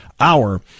hour